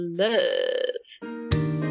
love